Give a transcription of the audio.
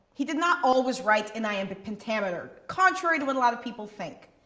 he did not always write in iambic pentameter, contrary to what a lot of people think.